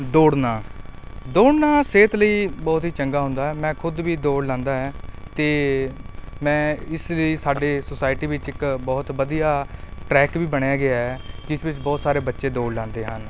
ਦੌੜਨਾ ਦੌੜਨਾ ਸਿਹਤ ਲਈ ਬਹੁਤ ਹੀ ਚੰਗਾ ਹੁੰਦਾ ਹੈ ਮੈਂ ਖੁਦ ਵੀ ਦੌੜ ਲਾਉਂਦਾ ਹੈ ਅਤੇ ਮੈਂ ਇਸ ਲਈ ਸਾਡੇ ਸੋਸਾਇਟੀ ਵਿੱਚ ਇੱਕ ਬਹੁਤ ਵਧੀਆ ਟਰੈਕ ਵੀ ਬਣਾਇਆ ਗਿਆ ਜਿਸ ਵਿੱਚ ਬਹੁਤ ਸਾਰੇ ਬੱਚੇ ਦੌੜ ਲਾਉਂਦੇ ਹਨ